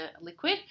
liquid